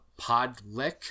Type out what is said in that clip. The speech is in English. Podlick